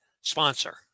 sponsor